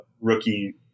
rookie